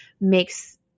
makes